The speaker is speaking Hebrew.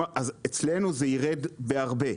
אצלנו זה ירד בהרבה.